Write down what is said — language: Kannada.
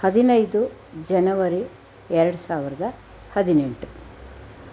ಹದಿನೈದು ಜನವರಿ ಎರಡು ಸಾವಿರದ ಹದಿನೆಂಟು